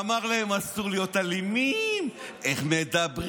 ואמר להם: אסור להיות אלימים, איך מדברים.